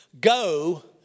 Go